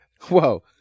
whoa